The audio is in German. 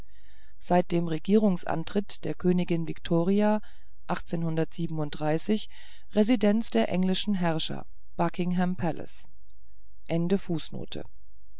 seit dem regierungsantritt der königin viktoria residenz der englischen herrscher buckingham